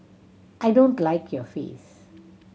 I don't like your face